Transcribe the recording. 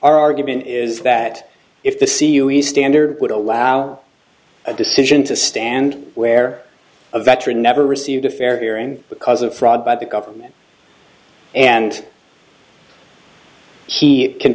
our argument is that if the c e o he standard would allow a decision to stand where a veteran never received a fair hearing because of fraud by the government and he can